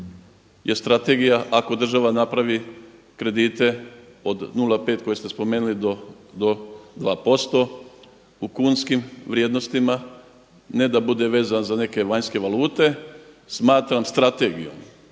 je strategija ako država napravi kredite od 0,5 koje ste spomenuli do 2% u kunskim vrijednostima, ne da bude vezano za neke vanjske valute smatram strategijom.